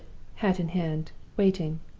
hat in hand, waiting.